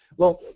well,